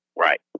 Right